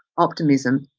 optimism,